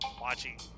watching